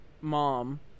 mom